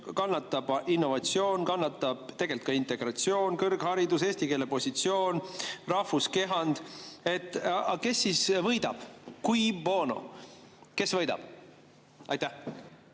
kannatab innovatsioon, kannatab tegelikult ka integratsioon, kõrgharidus, eesti keele positsioon, rahvuskehand. Aga kes sellest võidab? Cui bono? Kes võidab? Aitäh!